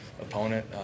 opponent